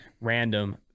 Random